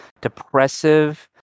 depressive